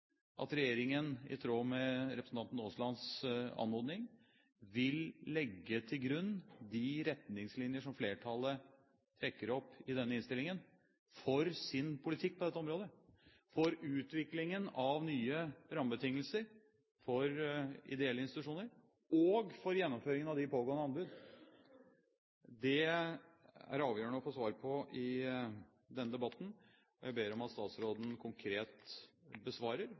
at regjeringen, i tråd med representanten Aaslands anmodning, vil legge til grunn de retningslinjer som flertallet trekker opp i denne innstillingen for sin politikk på dette området, for utviklingen av nye rammebetingelser for ideelle institusjoner, og for gjennomføringen av de pågående anbud? Det er det avgjørende å få svar på i denne debatten. Jeg ber om at statsråden konkret besvarer